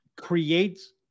creates